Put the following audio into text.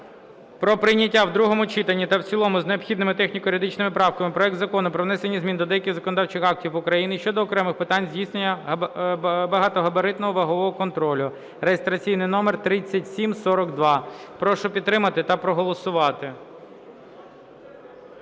про прийняття в другому читанні та в цілому з необхідними техніко-юридичними правками проект Закону про внесення змін до деяких законодавчих актів України щодо окремих питань здійснення багатогабаритного вагового контролю (реєстраційний номер 3742). Прошу підтримати та проголосувати.